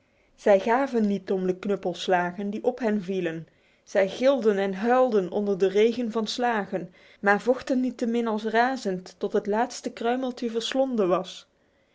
zij gaven niet om de knuppelslagen die op hen vielen zij gilden en huilden onder de regen van slagen maar vochten niettemin als razend tot het laatste kruimeltje verslonden was